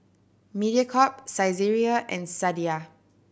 Mediacorp Saizeriya and Sadia